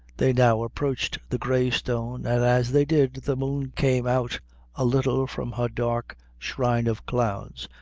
they now approached the grey stone, and as they did the moon came out a little from her dark shrine of clouds,